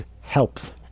helps